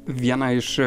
vieną iš